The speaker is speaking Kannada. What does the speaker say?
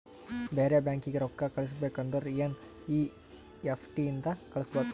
ಬೇರೆ ಬ್ಯಾಂಕೀಗಿ ರೊಕ್ಕಾ ಕಳಸ್ಬೇಕ್ ಅಂದುರ್ ಎನ್ ಈ ಎಫ್ ಟಿ ಇಂದ ಕಳುಸ್ಬೋದು